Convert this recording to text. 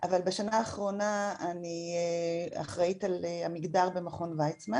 אבל בשנה האחרונה אני אחראית על המגדר במכון וייצמן